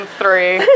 three